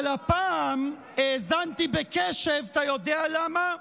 אבל הפעם האזנתי בקשב, אתה יודע למה?